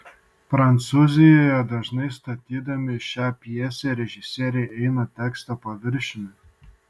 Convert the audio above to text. prancūzijoje dažnai statydami šią pjesę režisieriai eina teksto paviršiumi